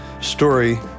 story